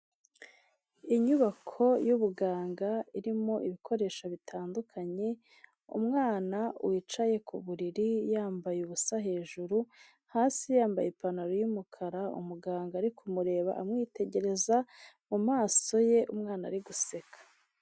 Inyubako y'ubuganga irimo ibikoresho bitandukanye, umwana wicaye ku buriri yambaye ubusa hejuru, hasi yambaye ipantaro y'umukara, umuganga ari kumureba amwitegereza mu maso ye, umwana ari guseka.